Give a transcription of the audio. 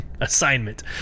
Assignment